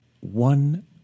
one